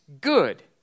good